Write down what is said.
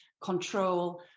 control